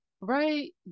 right